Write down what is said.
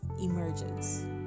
emerges